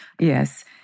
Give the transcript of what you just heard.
Yes